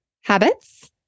habits